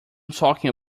talking